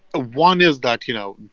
one is that, you know,